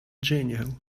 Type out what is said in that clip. general